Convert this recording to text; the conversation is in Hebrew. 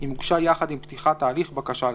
אם הוגשה יחד עם פתיחת ההליך בקשה לכך."